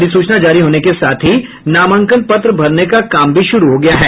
अधिसूचना जारी होने के साथ ही नामांकन पत्र भरने का काम भी शुरू हो गया है